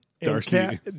Darcy